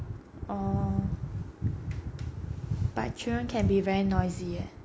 orh but children can be very noisy eh